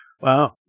wow